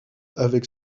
avec